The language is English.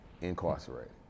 incarcerated